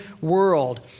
world